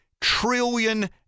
trillion